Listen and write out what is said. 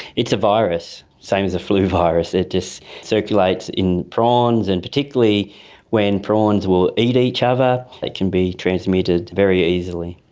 it's a virus, same as a flu virus, it just circulates in prawns, and particularly when prawns will eat each other it can be transmitted very easily.